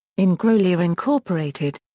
in grolier incorporated.